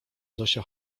zosia